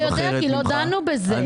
אתה לא יודע כי לא דנו בזה.